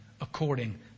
according